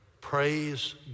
Praise